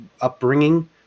upbringing